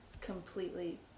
completely